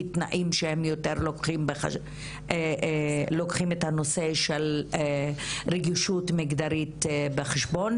תנאים שהם יותר לוקחים את הנושא של רגישות מגדרית בחשבון.